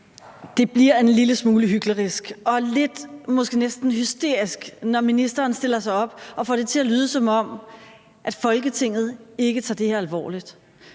Det bliver en lille smule hyklerisk og lidt måske næsten hysterisk, når ministeren stiller sig op og får det til at lyde, som om Folketinget ikke tager det her alvorligt.